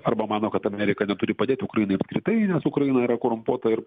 arba mano kad amerika neturi padėti ukrainai apskritai nes ukraina yra korumpuota ir